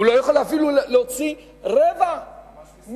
הוא לא יכול אפילו להוציא רבע מלה.